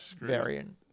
variant